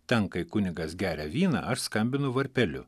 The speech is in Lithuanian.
ten kai kunigas geria vyną aš skambinu varpeliu